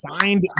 signed